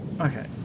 Okay